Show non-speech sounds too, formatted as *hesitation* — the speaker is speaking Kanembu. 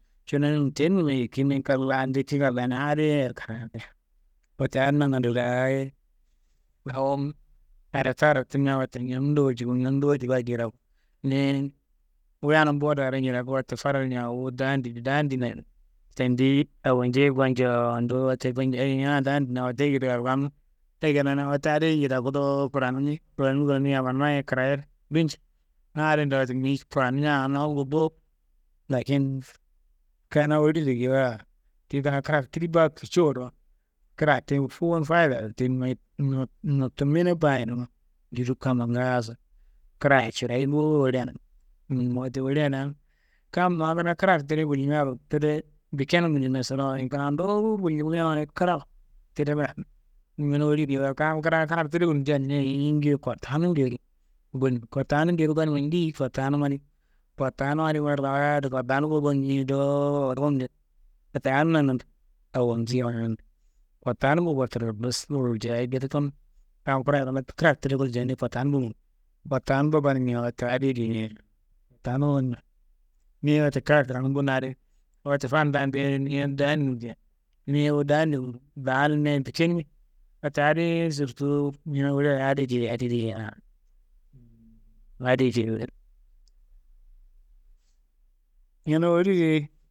Cununa teninumma yikimi kalla nucina daa nadiye. *hesitation* Wote adi nangando daaye awo aretarro timia wote ñonundo walji bo, ñonundo walji baayi jirawo, niyi wuyanum bo daaro jiraku wote fada ñan wu daandimi, daandimia tendiyi awonjei gonja nduwu wote gonjia *unintelligible* ñene daan na awotuye ekedi allam, ekedi nangando wote adiyi jidaku dowo kuranimi kuranimi kuranimi yammanumma ye kraye duncei nadin do, wote nguyi kranimia awo nowumu bo, lakin kina woriso geyiwa ti kuna kraso tidi baa kici wo dowo, kra ti fuwun fayidiya ti noyi no- nottumini baayina jiri kamma ngaaso krayi cirayio bo woriana. *unintelligible* wote woriana kam ma kina kraro tide gulllimiaro tide bikenum gullimia sirawo ye kuna nduwu gullimia waye kra tidemia ñene wori geyiwa kam kra kam tide gulja niyi ayingiye kottanum geyi gonimi, kottanum geyi gonimia ndiyi kottanumma di, kottamnum adi. *unintelligible* Wote adi nangando, *unintelligible* kottanummuro koturo *unintelligible* jaayi gede tun, kam kurayi rimi kraro tide gul jaane kottanum mugin, kottanumbo gonimia wote adi- ye diye *unintelligible* niye wote kra kranum bo nadin, wote fandambeye niye daandi nje niye wu daandimu daan limiaye bikenimi. Wote adiyi sirtuwu ñene woria adi geyi adi geyi haa, adiyi *unintelligible* *noise* ñene wori ye.